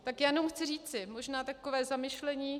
Tak jenom chci říci možná takové zamyšlení.